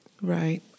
Right